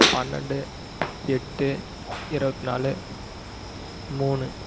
பன்னெண்டு எட்டு இரபத்தி நாலு மூணு